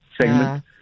segment